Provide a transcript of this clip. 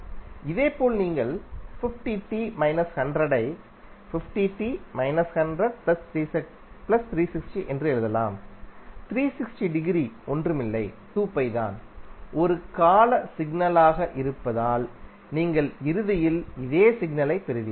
இதேபோல் நீங்கள் 50t 100 ஐ 50t 100360 என்றும் எழுதலாம் 360 டிகிரி ஒன்றுமில்லை தான் ஒரு கால சிக்னலாக இருப்பதால் நீங்கள் இறுதியில் அதே சிக்னலைப் பெறுவீர்கள்